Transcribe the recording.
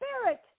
spirit